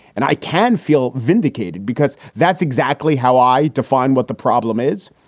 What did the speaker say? and i can feel vindicated because that's exactly how i define what the problem is.